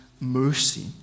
mercy